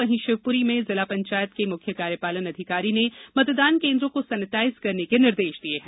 वहीं शिवपुरी में जिला पंचायत के मुख्य कार्यपालन अधिकारी ने मतदान केन्द्रों को सैनेटाइज करने के निर्देश दिये हैं